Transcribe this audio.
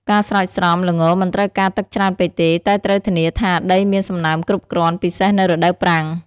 ការស្រោចស្រព ល្ងមិនត្រូវការទឹកច្រើនពេកទេ តែត្រូវធានាថាដីមានសំណើមគ្រប់គ្រាន់ ពិសេសនៅរដូវប្រាំង។